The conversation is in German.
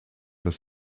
das